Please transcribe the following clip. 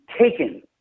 taken